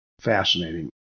fascinating